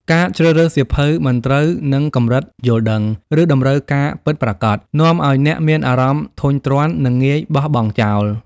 ការជ្រើសរើសសៀវភៅមិនត្រូវនឹងកម្រិតយល់ដឹង ឬតម្រូវការពិតប្រាកដ នាំឱ្យអ្នកអានមានអារម្មណ៍ធុញទ្រាន់ និងងាយបោះបង់ចោល។